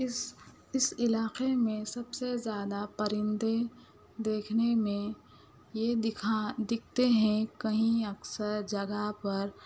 اس اس علاقے میں سب سے زیادہ پرندے دیکھنے میں یہ دکھا دکھتے ہیں کہیں اکثر جگہ پر